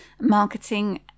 marketing